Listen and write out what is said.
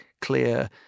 clear